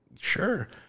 sure